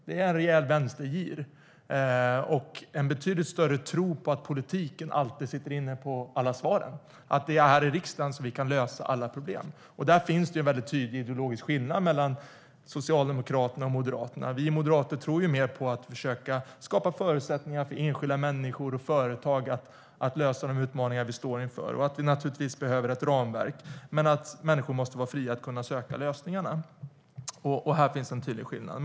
Det är en rejäl vänstergir och en betydligt större tro på att politiken alltid sitter inne med alla svaren, att det är här i riksdagen som vi kan lösa alla problem. Där finns det en väldigt tydlig ideologisk skillnad mellan Socialdemokraterna och Moderaterna. Vi moderater tror mer på att försöka skapa förutsättningar för enskilda människor och företag att lösa de utmaningar vi står inför och att vi naturligtvis behöver ett ramverk, men att människor måste vara fria att kunna söka lösningarna. Här finns en tydlig skillnad.